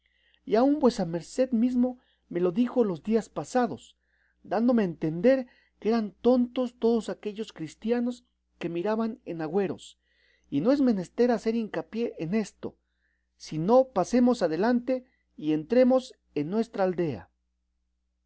y aun vuesa merced mismo me lo dijo los días pasados dándome a entender que eran tontos todos aquellos cristianos que miraban en agüeros y no es menester hacer hincapié en esto sino pasemos adelante y entremos en nuestra aldea